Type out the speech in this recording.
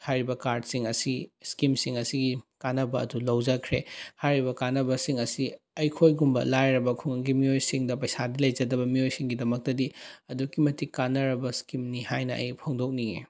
ꯍꯥꯏꯔꯤꯕ ꯀꯥꯔꯠꯁꯤꯡ ꯑꯁꯤ ꯏꯁꯀꯤꯝꯁꯤꯡ ꯑꯁꯤꯒꯤ ꯀꯥꯟꯅꯕ ꯑꯗꯨ ꯂꯧꯖꯈ꯭ꯔꯦ ꯍꯥꯏꯔꯤꯕ ꯀꯥꯟꯅꯕꯁꯤꯡ ꯑꯁꯤ ꯑꯩꯈꯣꯏꯒꯨꯝꯕ ꯂꯥꯏꯔꯕ ꯈꯨꯡꯒꯪꯒꯤ ꯃꯤꯑꯣꯏꯁꯤꯡꯗ ꯄꯩꯁꯥꯗꯤ ꯂꯩꯖꯗꯕ ꯃꯤꯑꯣꯏꯁꯤꯡꯒꯤꯗꯃꯛꯇꯗꯤ ꯑꯗꯨꯛꯀꯤ ꯃꯇꯤꯛ ꯀꯥꯟꯅꯔꯕ ꯏꯁꯀꯤꯝꯅꯤ ꯍꯥꯏꯅ ꯑꯩ ꯐꯣꯡꯗꯣꯛꯅꯤꯡꯏ